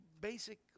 basic